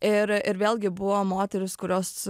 ir ir vėlgi buvo moterys kurios